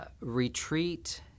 retreat